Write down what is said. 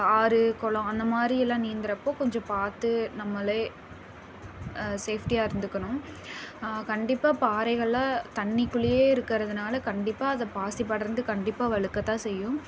ஆறு குளம் அந்தமாதிரியெல்லாம் நீந்துகிறப்போ கொஞ்சம் பார்த்து நம்மளே சேஃப்டியாக இருந்துக்கணும் கண்டிப்பா பாறைகள்லாம் தண்ணிக்குள்ளேயே இருக்கிறதுனால கண்டிப்பாக அது பாசி படர்ந்து கண்டிப்பாக வழுக்க தான் செய்யும்